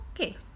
okay